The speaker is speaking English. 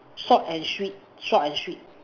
short and sweet short and sweet